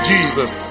Jesus